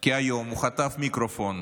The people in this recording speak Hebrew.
כי היום הוא חטף מיקרופון